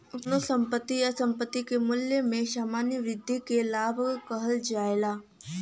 कउनो संपत्ति या संपत्ति के मूल्य में सामान्य वृद्धि के लाभ कहल जाला